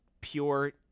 pure